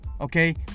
okay